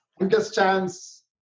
understands